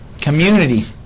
Community